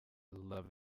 love